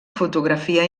fotografia